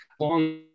long